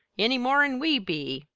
any more n we be,